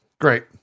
great